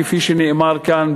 כפי שנאמר כאן,